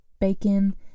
bacon